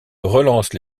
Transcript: relance